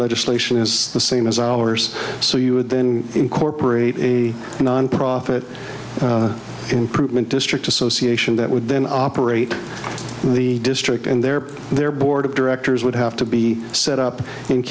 legislation is the same as ours so you would then incorporate a nonprofit improvement district association that would then operate in the district and there their board of directors would have to be set up